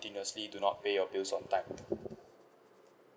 ~tinuously do not pay your bills on time